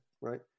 right